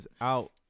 out